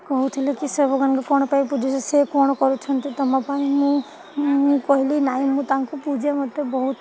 କହୁଥିଲେ କି ସେ ଭଗବାନଙ୍କୁ କ'ଣ ପାଇଁ ପୂଜୁଛ ସେ କ'ଣ କରୁଛନ୍ତି ତୁମ ପାଇଁ ମୁଁ ମୁଁ କହିଲି ନାହିଁ ମୁଁ ତାଙ୍କୁ ପୂଜେ ମତେ ବହୁତ